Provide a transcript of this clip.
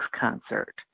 concert